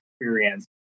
experience